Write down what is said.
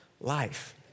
life